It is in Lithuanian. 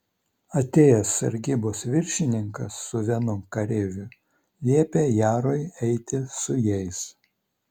atėjęs sargybos viršininkas su vienu kareiviu liepė jarui eiti su jais